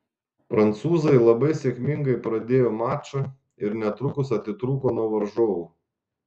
prancūzai labai sėkmingai pradėjo mačą ir netrukus atitrūko nuo varžovų